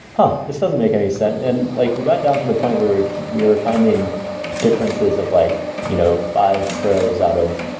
huh, this doesn't make any sense. and like we got down to the point where we were finding differences of like you know five pros out of,